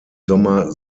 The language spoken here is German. sommer